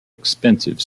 expensive